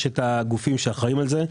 יש הגופים שאחראים לזה.